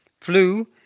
Flu